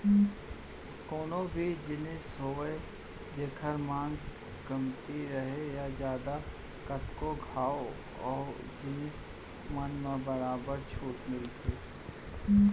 कोनो भी जिनिस होवय जेखर मांग कमती राहय या जादा कतको घंव ओ जिनिस मन म बरोबर छूट मिलथे